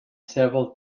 several